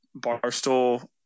barstool